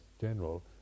general